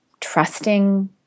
trusting